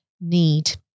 need